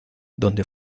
donde